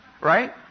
Right